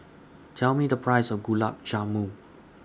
Tell Me The Price of Gulab Jamun